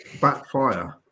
backfire